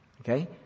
Okay